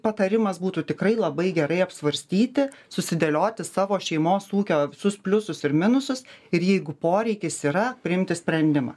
patarimas būtų tikrai labai gerai apsvarstyti susidėlioti savo šeimos ūkio visus pliusus ir minusus ir jeigu poreikis yra priimti sprendimą